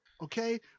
Okay